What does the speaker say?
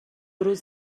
روز